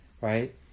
right